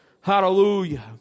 hallelujah